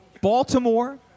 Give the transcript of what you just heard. Baltimore